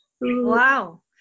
wow